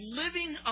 living